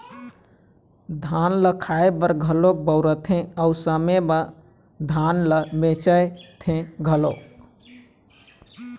धान ल खाए बर घलोक बउरथे अउ समे म धान ल बेचथे घलोक